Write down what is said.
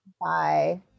Bye